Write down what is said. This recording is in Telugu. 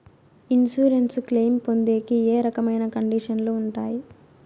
ఇన్సూరెన్సు క్లెయిమ్ పొందేకి ఏ రకమైన కండిషన్లు ఉంటాయి?